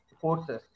forces